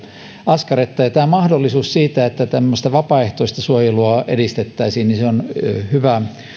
askaretta ja tämä mahdollisuus siihen että vapaaehtoista suojelua edistettäisiin on